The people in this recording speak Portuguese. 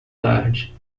tarde